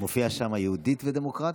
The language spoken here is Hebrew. מופיע שם יהודית ודמוקרטית?